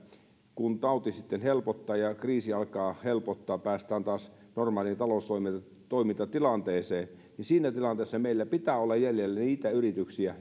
kun tauti sitten helpottaa ja kriisi alkaa helpottaa ja päästään taas normaaliin taloustoimintatilanteeseen niin siinä tilanteessa meillä pitää olla jäljellä niitä yrityksiä